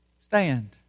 stand